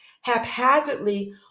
haphazardly